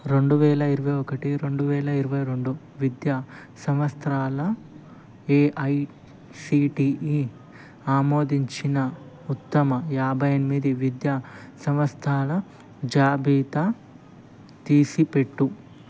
రెండు వేల ఇరవై ఒకటి రెండు వేల ఇరవై రెండు విద్య సంవత్సరాల ఏఐసిటిఈ ఆమోదించిన ఉత్తమ యాబ్భై ఎనిమిది విద్యా సంస్తాల జాబితా తీసిపెట్టు